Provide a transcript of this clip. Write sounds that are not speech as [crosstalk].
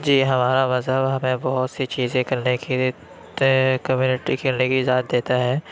جی ہمارا مذہب ہمیں بہت سی چیزیں کرنے کی بھی [unintelligible] کمیونٹی کھیلنے کی اجازت دیتا ہے